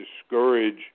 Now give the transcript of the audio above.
discourage